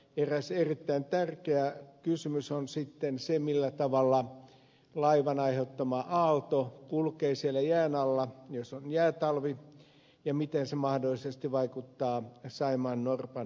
eräs erittäin tärkeä kysymys on sitten se millä tavalla laivan aiheuttama aalto kulkee siellä jään alla jos on jäätalvi ja miten se mahdollisesti vaikuttaa saimaannorpan pesintään